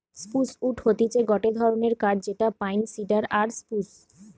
spruce wood হতিছে গটে ধরণের কাঠ যেটা পাইন, সিডার আর স্প্রুস